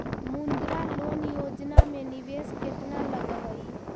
मुद्रा लोन योजना में निवेश केतना लग हइ?